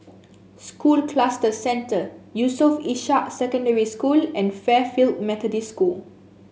School Cluster Centre Yusof Ishak Secondary School and Fairfield Methodist School